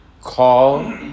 call